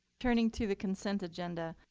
turning to the consent agenda,